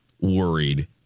worried